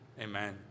Amen